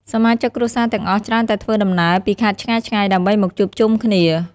សមាជិកគ្រួសារទាំងអស់ច្រើនតែធ្វើដំណើរពីខេត្តឆ្ងាយៗ ដើម្បីមកជួបជុំគ្នា។